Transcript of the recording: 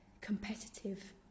competitive